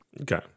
Okay